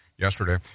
yesterday